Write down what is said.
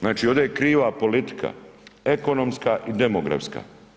Znači ovdje je kriva politika, ekonomska i demografska.